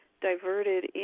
diverted